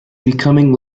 being